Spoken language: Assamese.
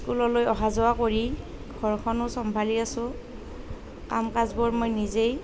স্কুললৈ অহা যোৱা কৰি ঘৰখনো চম্ভালি আছোঁ কাম কাজবোৰ মই নিজেই